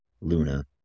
luna